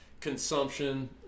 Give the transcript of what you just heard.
consumption